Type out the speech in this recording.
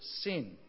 sin